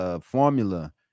formula